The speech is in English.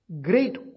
great